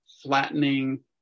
flattening